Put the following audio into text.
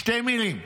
שתי מילים: